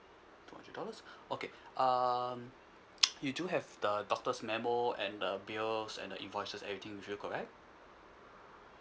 two hundred dollars okay um you do have the doctor's memo and the bills and the invoices everything with you correct